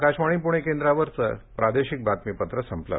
आकाशवाणी पुणे केंद्रावरचं प्रादेशिक बातमीपत्र संपलं